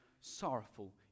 sorrowful